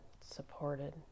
supported